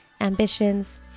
ambitions